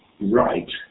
right